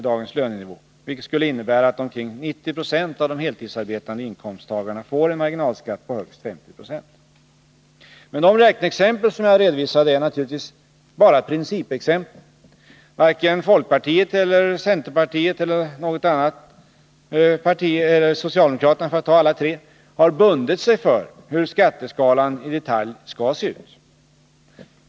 i dagens lönenivå, vilket skulle innebära att omkring 90 26 av de heltidsarbetende inkomsttagarna får en marginalskatt på högst 50 96. 103 tiska åtgärder De räkneexempel som jag redovisade är naturligtvis bara principexempel. Varken folkpartiet eller centerpartiet eller socialdemokraterna, för att nämna alla tre, har bundit sig för hur skatteskalan i detalj skall se ut.